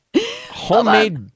Homemade